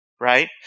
Right